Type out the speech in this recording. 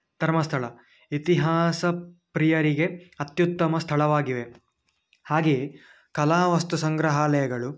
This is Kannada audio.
ಧರ್ಮಸ್ಥಳ ಇತಿಹಾಸಪ್ರಿಯರಿಗೆ ಅತ್ಯುತ್ತಮ ಸ್ಥಳವಾಗಿವೆ ಹಾಗೆಯೇ ಕಲಾ ವಸ್ತು ಸಂಗ್ರಹಾಲಯಗಳು